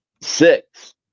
Six